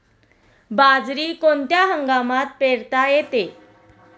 बाजरी कोणत्या हंगामात पेरता येते?